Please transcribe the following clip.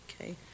Okay